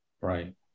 Right